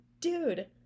dude